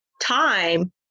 time